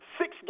six